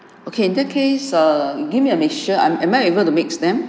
okay in that case err give me a mixture I'm am I able to mix them